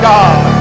God